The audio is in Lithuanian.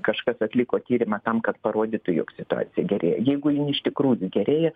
kažkas atliko tyrimą tam kad parodytų jog situacija gerėja jeigu jin iš tikrųjų gerėja